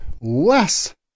less